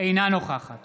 אינה נוכחת